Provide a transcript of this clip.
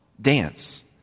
dance